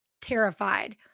terrified